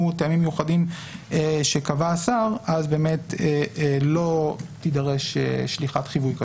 טעמים מיוחדים שקבע השר אז לא תידרש שליחת חיווי כזאת.